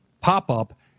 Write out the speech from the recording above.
pop-up